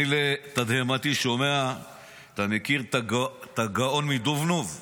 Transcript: אני שומע לתדהמתי, אתה מכיר את הגאון מדובנוב?